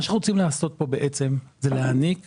מה שרוצים לעשות כאן זה להעניק